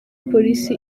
polisi